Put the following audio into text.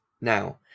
Now